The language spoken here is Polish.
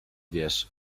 wiesz